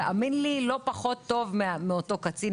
תאמין לי לא פחות טוב מאותו קצין,